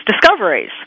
discoveries